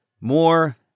More